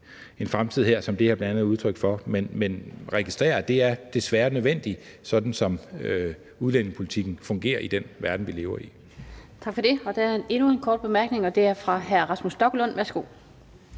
en fremtid her, som det her bl.a. er udtryk for. Men jeg registrerer, at det desværre er nødvendigt, sådan som udlændingepolitikken fungerer i den verden, vi lever i.